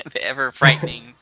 ever-frightening